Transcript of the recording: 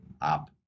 up